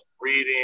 reading